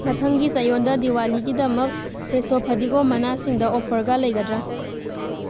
ꯃꯊꯪꯒꯤ ꯆꯌꯣꯜꯗ ꯗꯤꯋꯥꯂꯤꯒꯤꯗꯃꯛ ꯐ꯭ꯔꯦꯁꯣ ꯐꯗꯤꯒꯣꯝ ꯃꯅꯥꯁꯤꯡꯗ ꯑꯣꯐꯔꯒ ꯂꯩꯒꯗ꯭ꯔꯥ